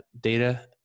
data